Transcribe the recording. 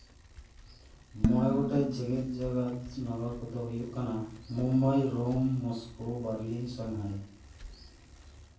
ᱢᱚᱲᱮ ᱜᱚᱴᱮᱡ ᱡᱮᱸᱜᱮᱛ ᱡᱟᱠᱟᱛ ᱱᱚᱜᱚᱨ ᱠᱚᱫᱚ ᱦᱩᱭᱩᱜ ᱠᱟᱱᱟ ᱢᱩᱢᱵᱟᱭ ᱨᱳᱢ ᱢᱚᱥᱠᱳ ᱵᱟᱨᱞᱤᱝ ᱥᱟᱝᱦᱟᱭ